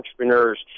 entrepreneurs